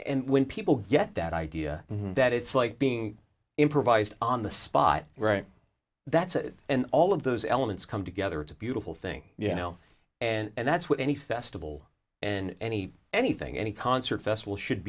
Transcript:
and when people get that idea that it's like being improvised on the spot right that's it and all of those elements come together it's a beautiful thing you know and that's what any festival and any anything any concert festival should